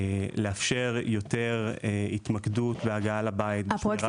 לאפשר יותר התמקדות בהגעה לבית --- הפרויקטים